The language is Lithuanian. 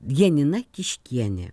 janina kiškienė